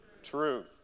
truth